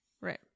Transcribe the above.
Right